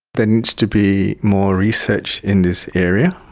there needs to be more research in this area.